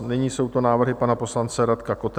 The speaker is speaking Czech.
Nyní jsou to návrhy pana poslance Radka Kotena.